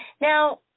Now